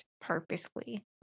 purposefully